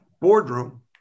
boardroom